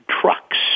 trucks